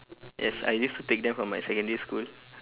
yes I used to take them from my secondary school